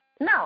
No